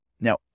Now